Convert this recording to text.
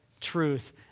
truth